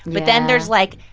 but then there's, like,